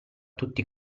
tutti